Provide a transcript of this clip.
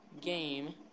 game